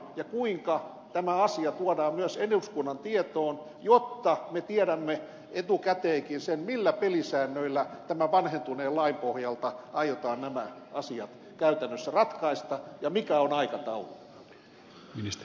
ja kuinka tämä asia tuodaan myös eduskunnan tietoon jotta me tiedämme etukäteenkin sen millä pelisäännöillä tämän vanhentuneen lain pohjalta aiotaan nämä asiat käytännössä ratkaista ja mikä on aikataulu